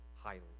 highly